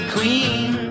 Queen